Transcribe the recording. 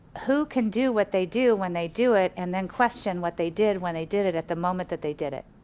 who can do what they do when they do it and then question what they did when they did it at the moment that they did it.